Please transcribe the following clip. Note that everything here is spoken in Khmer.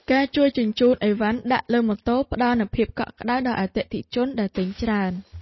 ការជួយជញ្ជូនឥវ៉ាន់ដាក់លើម៉ូតូផ្ដល់នូវភាពកក់ក្ដៅដល់អតិថិជនដែលទិញច្រើន។